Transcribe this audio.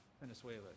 Venezuela